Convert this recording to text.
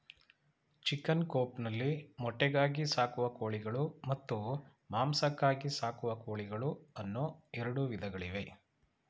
chicken coop ನಲ್ಲಿ ಮೊಟ್ಟೆಗಾಗಿ ಸಾಕುವ ಕೋಳಿಗಳು ಮತ್ತು ಮಾಂಸಕ್ಕಾಗಿ ಸಾಕುವ ಕೋಳಿಗಳು ಅನ್ನೂ ಎರಡು ವಿಧಗಳಿವೆ